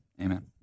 Amen